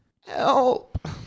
Help